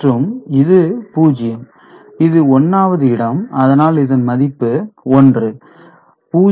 மற்றும் இது 0 இது 1 வது இடம் அதனால் இதன் மதிப்பு 1